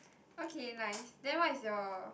okay nice then what is your